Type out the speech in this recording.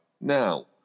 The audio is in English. now